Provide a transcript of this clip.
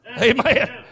Amen